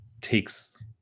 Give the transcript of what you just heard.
takes